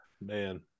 Man